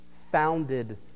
founded